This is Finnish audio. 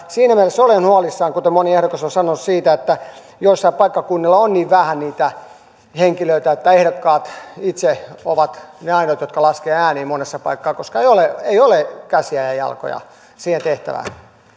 siinä mielessä olen huolissani kuten moni ehdokas on sanonut siitä että joillakin paikkakunnilla on niin vähän niitä henkilöitä että ehdokkaat itse ovat ne ainoat jotka laskevat ääniä monessa paikassa koska ei ole käsiä ja ja jalkoja siihen tehtävään